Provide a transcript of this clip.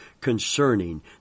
concerning